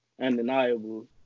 undeniable